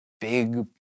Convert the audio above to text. big